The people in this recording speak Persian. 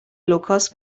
لوکاس